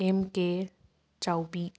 M K Chaobi